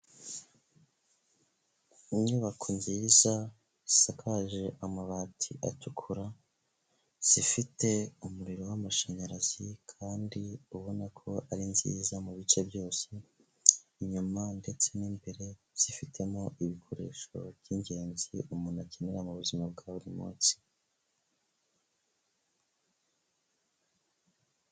Inyubako nziza zisakaje amabati atukura, zifite umuriro w'amashanyarazi kandi ubona ko ari nziza mubi bice byose, inyuma ndetse n'imbere zifitemo ibikoresho by'ingenzi umuntu akenera mu buzima bwa buri munsi.